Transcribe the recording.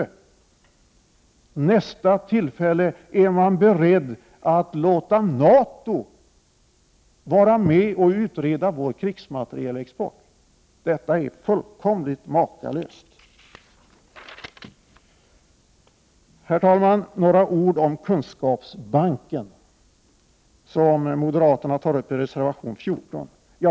Vid nästa tillfälle är man beredd att låta NATO vara med och utreda vår krigsmaterielexport. Detta är fullkomligt makalöst. Herr talman! Jag vill säga några ord om kunskapsbanken. Moderaterna tar upp den frågan i reservation 14.